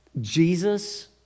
Jesus